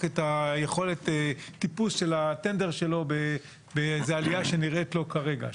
את היכולת טיפוס של הטנדר שלו באיזושהי עלייה שנראית לו כרגע.